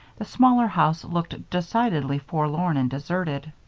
the smaller house looked decidedly forlorn and deserted.